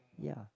ya